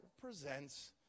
presents